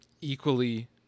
Equally